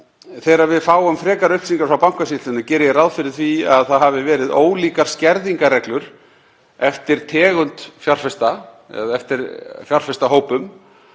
þegar við fáum frekari upplýsingar frá Bankasýslunni, geri ég ráð fyrir að það hafi verið ólíkar skerðingarreglur eftir tegund fjárfesta eða eftir fjárfestahópum